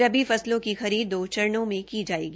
रबी फसलों की खरीद दो चरणों में शुरू होगी